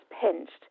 pinched